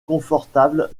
confortables